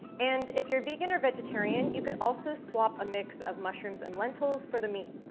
and if you're vegan or vegetarian, you could also swap a mix of mushrooms and lentils for the meat.